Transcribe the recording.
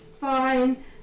fine